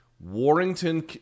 Warrington